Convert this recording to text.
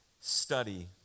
study